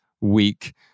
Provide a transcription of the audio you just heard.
week